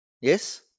Yes